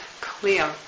clear